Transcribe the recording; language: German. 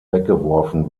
weggeworfen